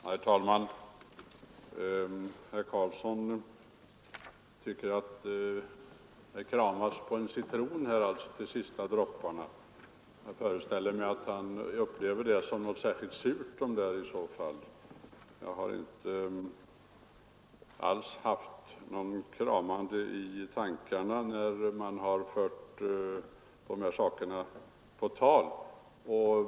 Herr talman! Herr Karlsson i Huskvarna tycker att det kramats på en citron till sista dropparna, och jag föreställer mig att han upplever det som särskilt surt. Jag har inte alls haft något kramande på någon opinion i tankarna när jag fört de här sakerna på tal.